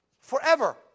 forever